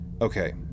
okay